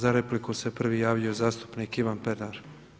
Za repliku je prvi javio zastupnik Ivan Pernar.